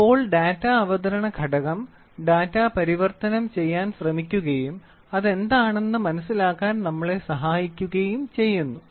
അപ്പോൾ ഡാറ്റ അവതരണ ഘടകം ഡാറ്റ പരിവർത്തനം ചെയ്യാൻ ശ്രമിക്കുകയും അത് എന്താണെന്ന് മനസിലാക്കാൻ നമ്മളെ സഹായിക്കുകയും ചെയ്യുന്നു